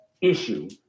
issue